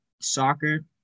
soccer